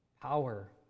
power